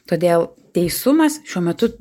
todėl teisumas šiuo metu